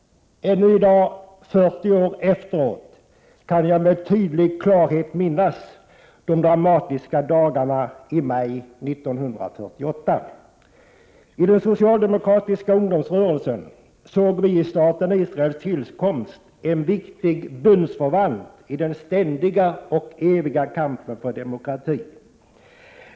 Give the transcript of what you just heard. Ännu i dag, 40 år efteråt, kan jag med tydlig klarhet minnas de dramatiska dagarna i maj 1948. I den socialdemokratiska ungdomsrörelsen såg vi i staten Israels tillkomst en viktig bundsförvant i den ständiga och eviga kampen för demokrati.